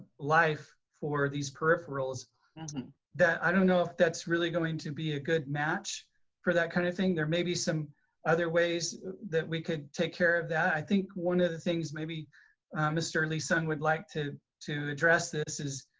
life for these peripherals that i don't know if that's really going to be a good match for that kind of thing. there may be some other ways that we could take care of that. i think one of the things maybe mr. lee-sung would like to to address this is,